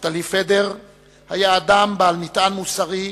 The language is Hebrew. נפתלי פדר היה אדם בעל מטען מוסרי,